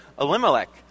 Elimelech